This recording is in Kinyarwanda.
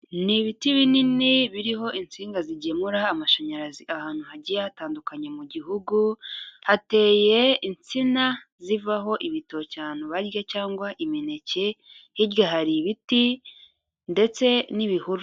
Ni ibiti binini biriho insinga zigemura amashanyarazi ahantu hagiye hatandukanye mu gihugu, hateye insina zivaho ibitoki ahantu barya cyangwa imineke, hirya hari ibiti ndetse n'ibihuru.